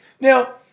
Now